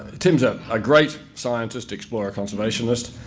tim's ah a great scientist, explorer, conservationist.